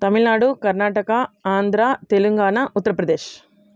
Tamil Nadu Karnataka Andhra Telangana Uttar Pradesh